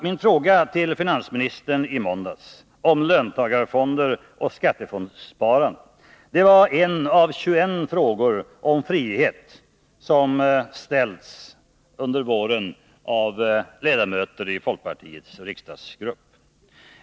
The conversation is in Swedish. Min fråga till finansministern i måndags om löntagarfonder och skattefondsparande var en av 21 frågor om frihet som ställts under våren av ledamöter i folkpartiets riksdagsgrupp.